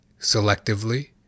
selectively